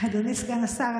אדוני סגן השר,